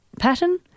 pattern